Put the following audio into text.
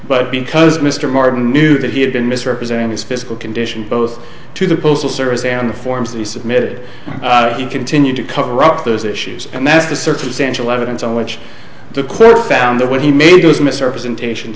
but because mr martin knew that he had been misrepresenting his physical condition both to the postal service and the forms and he submitted he continued to cover rock those issues and that's the circumstantial evidence on which the clear found that when he made those misrepresentation